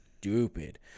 stupid